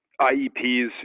IEPs